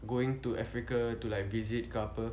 going to africa to like visit ke apa